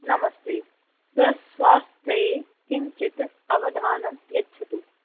नमस्ते स्वस्वास्थ्ये किञ्चित् अवधानं यच्छतु